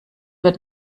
wird